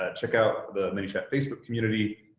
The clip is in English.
ah check out the manychat facebook community,